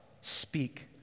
speak